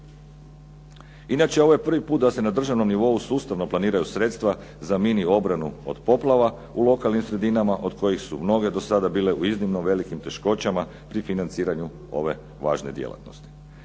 Inače ovo je prvi puta da se na državnom nivou sustavno planiraju sredstva za mini obranu od poplava u lokalnim sredinama od kojih su mnoge sada bile u iznimno velikim teškoćama pri financiranju ove važne djelatnosti.